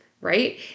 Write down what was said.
right